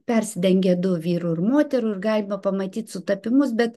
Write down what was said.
persidengia du vyrų ir moterų ir galima pamatyt sutapimus bet